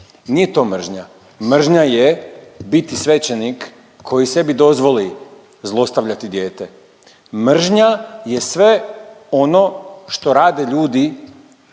nije to mržnja. Mržnja je biti svećenik koji sebi dozvoli zlostavljati dijete. Mržnje je sve ono što rade ljudi